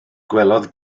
gwelodd